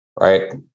Right